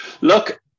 Look